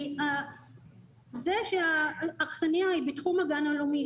כי זה שהאכסניה היא בתחום הגן הלאומי,